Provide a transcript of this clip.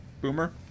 Boomer